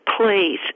please